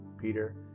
Peter